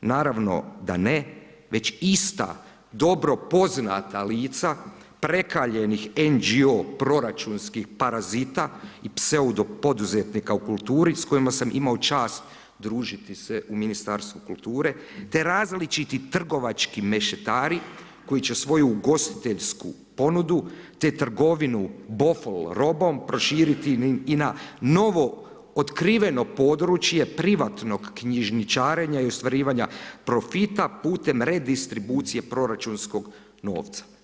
Naravno da ne, već ista dobro poznata lica prekaljenih NGO proračunskih parazita i pseudopoduzetnika u kulturi s kojima sam imao čast družiti se u Ministarstvu kulture te različiti trgovački mešetari koji će svoju ugostiteljsku ponudu te trgovinu bofl robom proširiti i na novootkriveno područje privatnog knjižničarenja i ostvarivanja profita putem redistribucije proračunskog novca.